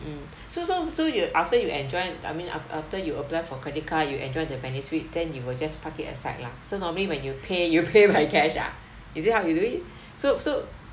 mm so so so you after you enjoy I mean af~ after you apply for credit card you enjoy the benefit then you will just park it aside lah so normally when you pay you pay by cash ah is it how you do it so so